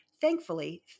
Thankfully